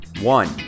one